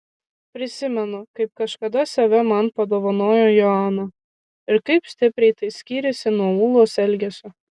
prisimenu kaip kažkada save man padovanojo joana ir kaip stipriai tai skyrėsi nuo ūlos elgesio